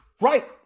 right